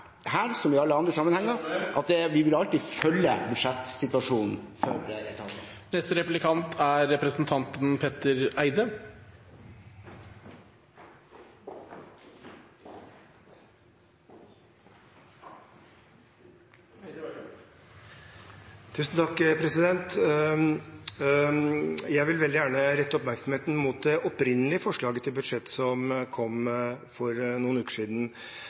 her som i alle andre saker – at vi alltid vil følge budsjettsituasjonen for etatene. Jeg vil veldig gjerne rette oppmerksomheten mot det opprinnelige forslaget til budsjett, som kom for